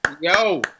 Yo